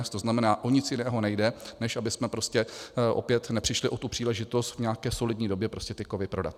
To znamená, o nic jiného nejde, než abychom prostě opět nepřišli o příležitost v nějaké solidní době prostě ty kovy prodat.